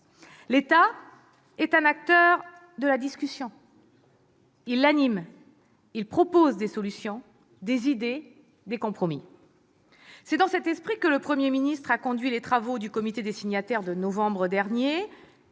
L'État est un acteur de la discussion : il l'anime, il propose des solutions, des idées, des compromis. C'est dans cet esprit que le Premier ministre a conduit les travaux du comité des signataires du mois de novembre dernier.